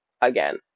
Again